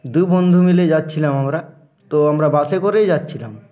দু বন্ধু মিলে যাচ্ছিলাম আমরা তো আমরা বাসে করেই যাচ্ছিলাম